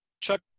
Chuck